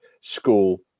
school